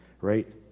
right